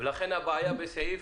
ולכן הבעיה בסעיף?